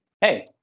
hey